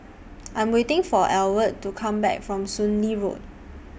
I Am waiting For Ewald to Come Back from Soon Lee Road